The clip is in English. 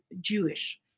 Jewish